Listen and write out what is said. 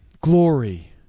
Glory